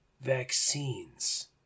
vaccines